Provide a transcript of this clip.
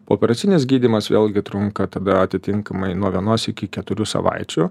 pooperacinis gydymas vėlgi trunka tada atitinkamai nuo vienos iki keturių savaičių